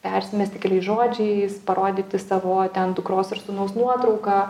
persimesti keliais žodžiais parodyti savo ten dukros ar sūnaus nuotrauką